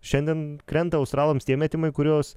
šiandien krenta australams tie metimai kuriuos